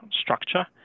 structure